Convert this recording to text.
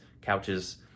couches